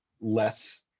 less